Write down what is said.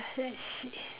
let's see